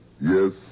yes